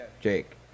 Jake